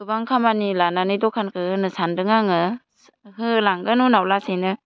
गोबां खामानि लानानै द'खानखौ होनो सान्दों आङो होलांगोन उनाव लासैनो